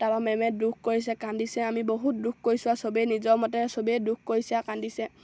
তাৰপৰা মেমে দুখ কৰিছে কান্দিছে আমি বহুত দুখ কৰিছোঁ আৰু সবেই নিজৰ মতে সবেই দুখ কৰিছে আৰু কান্দিছে